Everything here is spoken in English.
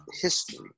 history